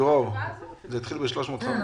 דרור, זה התחיל ב-350.